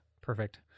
Perfect